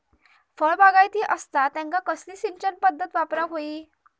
फळबागायती असता त्यांका कसली सिंचन पदधत वापराक होई?